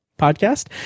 podcast